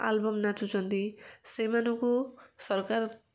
album ନାଚୁଛନ୍ତି ସେଇମାନଙ୍କୁ ସରକାର